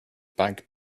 bank